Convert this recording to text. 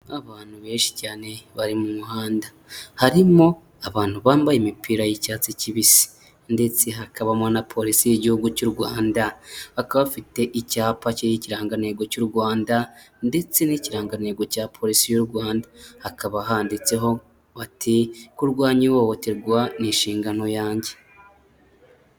Abantu benshi cyane bari mu muhanda harimo abantu bambaye imipira y'icyatsi kibisi ndetse hakabamo na polisi y'igihugu cy'u rwanda bakaba bafite icyapa cy'ikirangantego cy'u Rwanda ndetse n'ikirangantego cya polisi y'u rwanda hakaba handitseho bati kurwanya ihohoterwa ni inshingano yanjye.